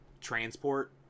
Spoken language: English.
Transport